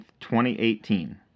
2018